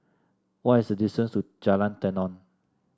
what is the distance to Jalan Tenon